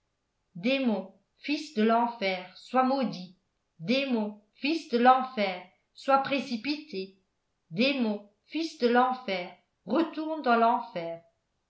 fils de l'enfer sois maudit démon fils de l'enfer sois précipité démon fils de l'enfer retourne dans l'enfer